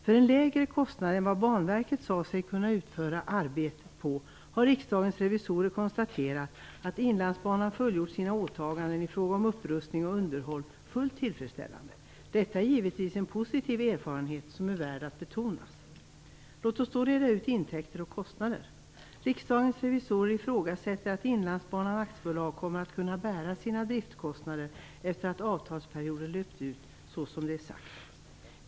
För en lägre kostnad än vad Banverket sade sig kunna utföra arbetet har Riksdagens revisorer konstaterat att Inlandsbanan fullgjort sina åtaganden i fråga om upprustning och underhåll fullt tillfredsställande. Detta är givetvis en positiv erfarenhet som är värd att betonas. Låt oss då reda ut intäkter och kostnader. Riksdagens revisorer ifrågasätter att Inlandsbanan AB kommer att kunna bära sina driftskostnader efter att avtalsperioden har löpt ut.